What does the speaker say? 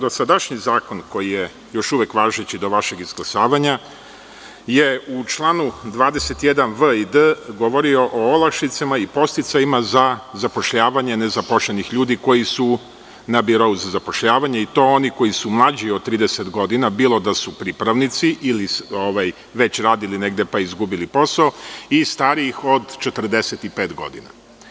Dosadašnji zakon, koji je još uvek važeći do vašeg izglasavanja, u čl. 21v i 21d govori o olakšicama i podsticajima za zapošljavanje nezaposlenih ljudi koji su na birou za zapošljavanje, i to oni koji su mlađi od 30 godina, bilo da su pripravnici ili su već radili negde pa izgubili posao, kao i starijih od 45 godina.